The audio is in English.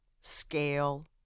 scale